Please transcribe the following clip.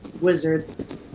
Wizards